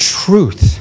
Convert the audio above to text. truth